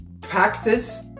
Practice